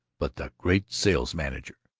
but the great sales-manager,